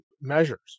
measures